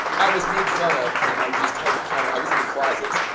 i was made fun of and i just had to, kind of i was in the closet,